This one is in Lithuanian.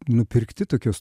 nupirkti tokios